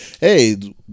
hey